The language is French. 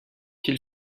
qu’il